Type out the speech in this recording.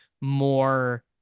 more